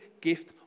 gift